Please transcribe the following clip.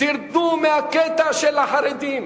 תרדו מהקטע של החרדים.